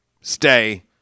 stay